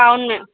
అవును